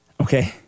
okay